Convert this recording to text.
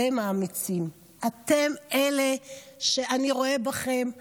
אתם האמיצים, אתם אלה שאני רואה בכם אומץ.